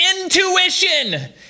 intuition